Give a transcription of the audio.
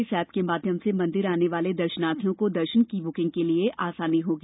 इस ऐप के माध्यम से मंदिर आने वाले दर्शनार्थियों को दर्शन के लिये बुकिंग कराने में आसानी होगी